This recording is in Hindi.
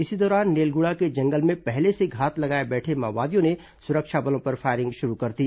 इसी दौरान नेलगुड़ा के जंगल में पहले से घात लगाए बैठे माओवादियों ने सुरक्षा बलों पर फायरिंग शुरू कर दी